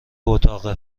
اتاقه